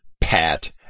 pat